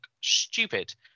stupid